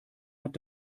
hat